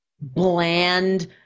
bland